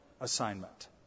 assignment